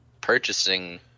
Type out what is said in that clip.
purchasing